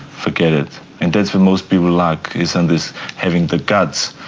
forget it. and that's what most people lack is and this having the guts,